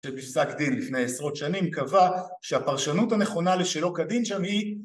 שבפסק דין לפני עשרות שנים קבע שהפרשנות הנכונה לשלא הדין שם היא